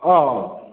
औ